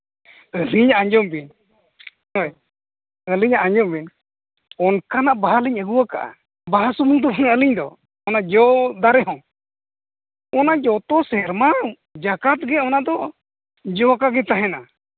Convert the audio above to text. ᱟᱹᱞᱤᱧ ᱟᱸᱡᱚᱢ ᱵᱤᱱ ᱦᱳᱭ ᱟᱹᱞᱤᱧᱟᱜ ᱟᱸᱡᱚᱢ ᱵᱤᱱ ᱚᱱᱠᱟᱱᱟᱜ ᱵᱟᱦᱟ ᱞᱤᱧ ᱟᱹᱜᱩ ᱟᱠᱟᱜᱼᱟ ᱵᱟᱦᱟ ᱥᱩᱢᱩᱱ ᱫᱚ ᱟᱹᱞᱤᱧ ᱫᱚ ᱚᱱᱟ ᱡᱚ ᱫᱟᱨᱮ ᱦᱚᱸ ᱚᱱᱟ ᱡᱚᱛᱚ ᱥᱮᱨᱢᱟ ᱡᱟᱠᱟᱛ ᱜᱮ ᱚᱱᱟ ᱫᱚ ᱡᱚ ᱟᱠᱟᱫ ᱜᱮ ᱛᱟᱦᱮᱱᱟ